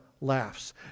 laughs